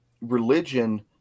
religion